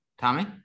Tommy